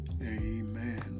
Amen